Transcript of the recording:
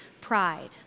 pride